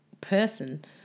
person